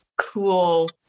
cool